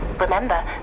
Remember